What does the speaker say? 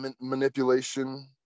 manipulation